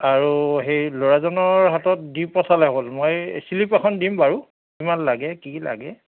আৰু সেই ল'ৰাজনৰ হাতত দি পঠালে হ'ল মই শ্লীপ এখন দিম বাৰু কিমান লাগে কি লাগে